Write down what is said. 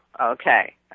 okay